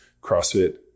CrossFit